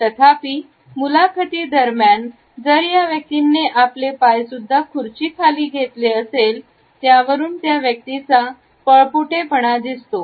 तथापि मुलाखतीदरम्यान जर त्या व्यक्तीने आपले पाय सुद्धा खुर्ची खाली घेतले असेल यावरून व्यक्तीचा पळपुटेपणा दिसतो